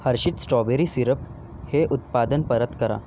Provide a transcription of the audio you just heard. Hershey's strawberry syrup हे उत्पादन परत करा